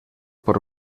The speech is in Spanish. por